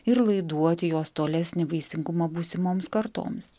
ir laiduoti jos tolesnį vaisingumą būsimoms kartoms